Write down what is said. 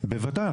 בוודאי.